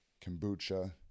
kombucha